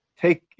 take